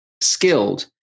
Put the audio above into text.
skilled